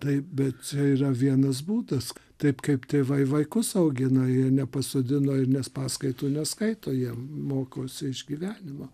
taip bet yra vienas būdas taip kaip tėvai vaikus augina jie nepasodina ir nes paskaitų neskaito jiem mokosi iš gyvenimo